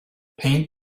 paint